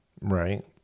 Right